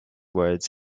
words